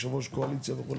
יושב ראש קואליציה וכו'.